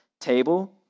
table